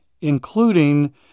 including